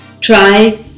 try